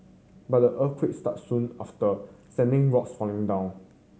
but the earthquake struck soon after sending rocks falling down